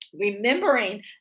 Remembering